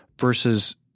Versus